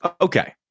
Okay